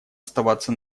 оставаться